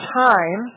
time